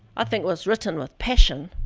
i think it was written with passion.